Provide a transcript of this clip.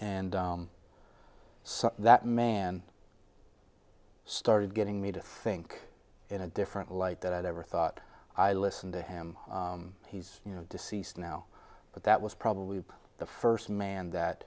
that man i started getting me to think in a different light that i never thought i listened to him he's you know deceased now but that was probably the first man that